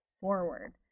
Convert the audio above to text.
forward